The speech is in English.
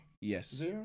Yes